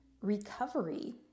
recovery